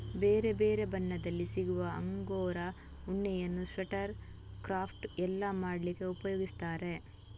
ಬೇರೆ ಬೇರೆ ಬಣ್ಣದಲ್ಲಿ ಸಿಗುವ ಅಂಗೋರಾ ಉಣ್ಣೆಯನ್ನ ಸ್ವೆಟರ್, ಕ್ರಾಫ್ಟ್ ಎಲ್ಲ ಮಾಡ್ಲಿಕ್ಕೆ ಉಪಯೋಗಿಸ್ತಾರೆ